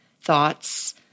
thoughts